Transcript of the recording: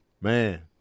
Man